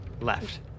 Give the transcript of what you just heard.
Left